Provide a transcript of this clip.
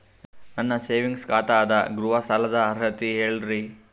ನನ್ನ ಸೇವಿಂಗ್ಸ್ ಖಾತಾ ಅದ, ಗೃಹ ಸಾಲದ ಅರ್ಹತಿ ಹೇಳರಿ?